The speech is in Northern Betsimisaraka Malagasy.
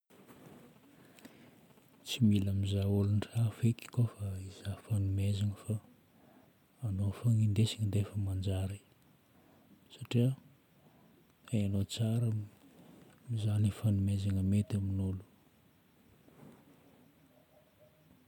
Tsy mila mizaha olon-trafa eky koa fa hizaha fagnomezana fô anao fôgna indesina dia efa manjary satria hainao tsara ny mizaha ny fagnomezana mety amin'olo.